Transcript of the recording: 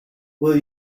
will